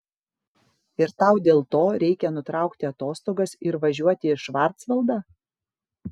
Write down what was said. ir tau dėl to reikia nutraukti atostogas ir važiuoti į švarcvaldą